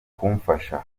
kumufasha